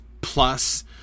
plus